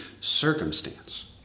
circumstance